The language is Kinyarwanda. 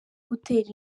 gutera